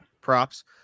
Props